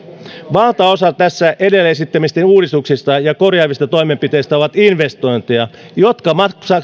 valtaosa tässä edellä esittämistäni uudistuksista ja ja korjaavista toimenpiteistä on investointeja jotka